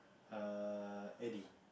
err Eddie